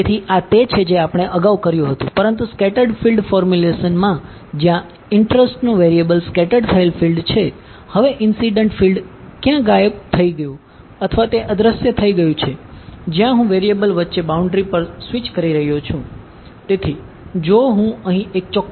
તેથી આ તે છે જે આપણે અગાઉ કર્યું હતું પરંતુ સ્કેટર્ડ ની કલ્પના કરો